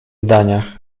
zdaniach